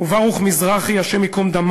וברוך מזרחי הי"ד,